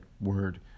word